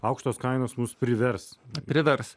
aukštos kainos mus privers privers